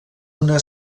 una